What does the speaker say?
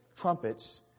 trumpets